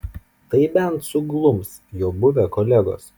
tai bent suglums jo buvę kolegos